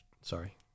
sorry